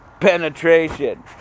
penetration